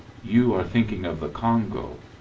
you are thinking of the congo.